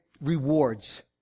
rewards